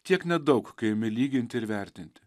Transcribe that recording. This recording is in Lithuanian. tiek nedaug kai imi lyginti ir vertinti